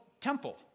temple